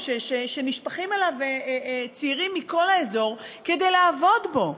שנשפכים אליו צעירים מכל האזור כדי לעבוד בו.